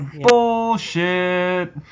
Bullshit